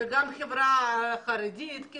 וגם החברה החרדית.